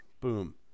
Boom